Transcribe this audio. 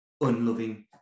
unloving